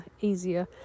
easier